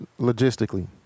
logistically